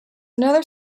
another